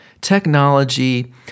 technology